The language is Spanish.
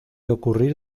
ocurrir